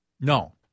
No